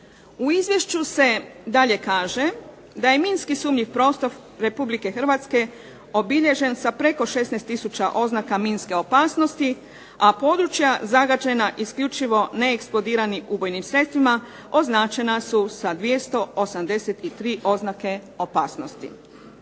U izvješću se dalje kaže da je m inski sumnjiv prostor Republike Hrvatske obilježen sa preko 16 tisuća oznaka minske opasnosti, a područja zagađena isključivo neeksplodiranim ubojnim sredstvima označena su sa 283 oznake opasnosti.